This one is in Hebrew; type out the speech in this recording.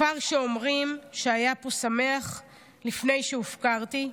כפר שאומרים שהיה פה שמח לפני שהופקרתי?